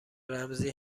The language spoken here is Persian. رمزی